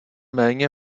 méně